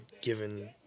given